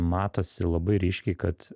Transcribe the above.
matosi labai ryškiai kad